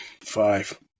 Five